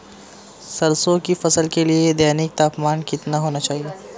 सरसों की फसल के लिए दैनिक तापमान कितना होना चाहिए?